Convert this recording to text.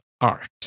art